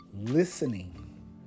listening